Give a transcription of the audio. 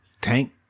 Tank